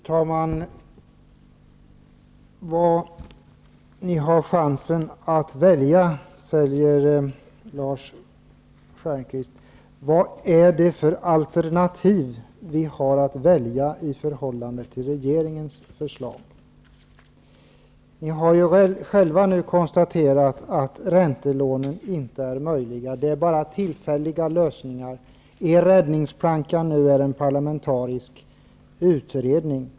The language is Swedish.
Fru talman! Lars Stjernkvist säger att vi har chansen att välja, men vad är det för alternativ till regeringens förslag som vi har att välja på? Socialdemokraterna har ju nu själva konstaterat att räntelånen inte är möjliga. Det är bara en tillfällig lösning. Socialdemokraternas räddningsplanka nu är en parlamentarisk utredning.